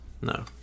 No